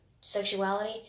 sexuality